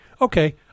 Okay